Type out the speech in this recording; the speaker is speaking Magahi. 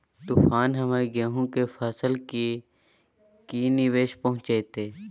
तूफान हमर गेंहू के फसल के की निवेस पहुचैताय?